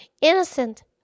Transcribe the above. innocent